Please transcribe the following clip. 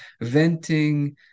venting